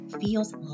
feels